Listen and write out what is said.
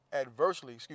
adversely